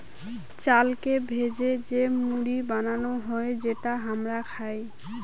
চালকে ভেজে যে মুড়ি বানানো হউ যেটা হামরা খাই